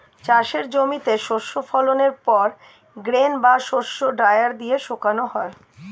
চাষের জমিতে শস্য ফলনের পর গ্রেন বা শস্য ড্রায়ার দিয়ে শুকানো হয়